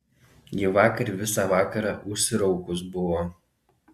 ji vakar visą vakarą užsiraukus buvo